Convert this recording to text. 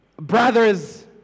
Brothers